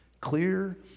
clear